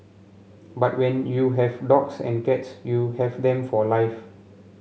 but when you have dogs and cats you have them for life